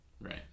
Right